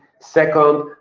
second,